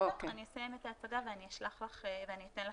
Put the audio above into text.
אני אסיים את ההצגה ואני אתן לך את